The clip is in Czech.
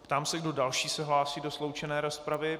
Ptám se, kdo další se hlásí do sloučené rozpravy.